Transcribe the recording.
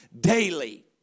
daily